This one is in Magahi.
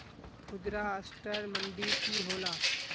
खुदरा असटर मंडी की होला?